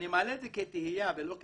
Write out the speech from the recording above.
אני מעלה את זה כתהייה ולא כביקורת,